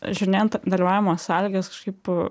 žiūrinėjant dalyvavimo sąlygas kažkaip